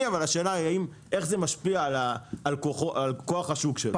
אבל השאלה היא איך זה משפיע על כוח השוק שלו.